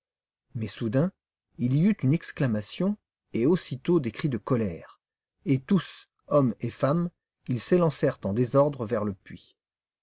mais soudain il y eut une exclamation et aussitôt des cris de colère et tous hommes et femmes ils s'élancèrent en désordre vers le puits